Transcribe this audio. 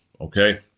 okay